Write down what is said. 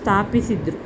ಸ್ಥಾಪಿಸಿದ್ದ್ರು